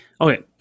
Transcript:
okay